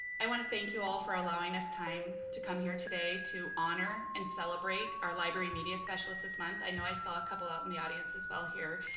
i wanna thank you all for allowing us time to come here today to honor and celebrate our library media specialists this month. i know i saw a couple out in the audience as well here.